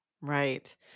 Right